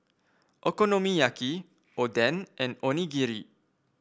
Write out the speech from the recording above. Okonomiyaki Oden and Onigiri